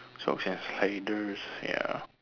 socks and sliders ya